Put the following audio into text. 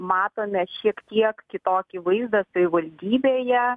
matome šiek tiek kitokį vaizdą savivaldybėje